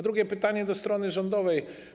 Drugie pytanie do strony rządowej: